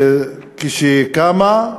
כשהיא קמה,